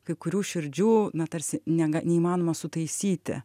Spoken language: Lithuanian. kai kurių širdžių na tarsi nega neįmanoma sutaisyti